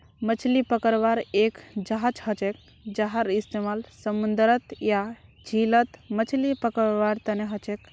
मछली पकड़वार एक जहाज हछेक जहार इस्तेमाल समूंदरत या झीलत मछली पकड़वार तने हछेक